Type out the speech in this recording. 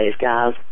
guys